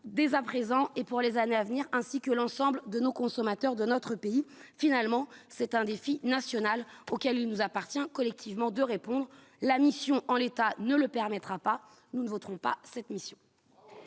dès à présent, et pour les années à venir ainsi que l'ensemble de nos consommateurs de notre pays, finalement, c'est un défi national auquel il nous appartient collectivement de répondre à la mission en l'état, ne le permettra pas, nous ne voterons pas cette mission.